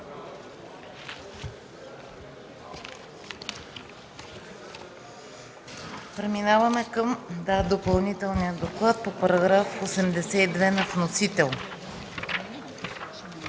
Преминаваме към допълнителния доклад по § 85 на вносител.